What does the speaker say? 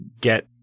get